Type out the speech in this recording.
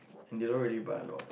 and they don't really buy a lot